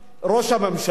ראש הממשלה,